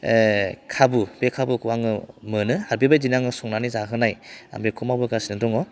खाबु बे खाबुखौ आङो मोनो आरो बेबायदिनो संनानै जाहोनाय आं बेखौ मावबोगासिनो दङ